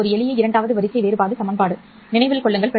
இது ஒரு எளிய இரண்டாவது வரிசை வேறுபாடு சமன்பாடு நினைவில் கொள்ளுங்கள்